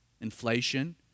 inflation